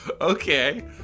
okay